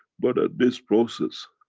but at this process